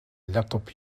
laptop